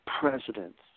presidents